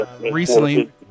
Recently